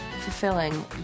fulfilling